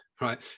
right